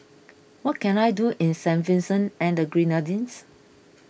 what can I do in Saint Vincent and the Grenadines